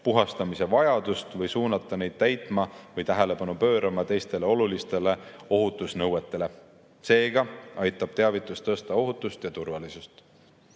puhastamise vajadust või suunata neid täitma või tähelepanu pöörama teistele olulistele ohutusnõuetele. Seega aitab teavitus suurendada ohutust ja turvalisust.